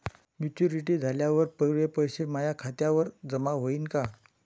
Maturity झाल्यावर पुरे पैसे माया खात्यावर जमा होईन का?